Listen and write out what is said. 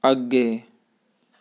ਅੱਗੇ